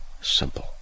Simple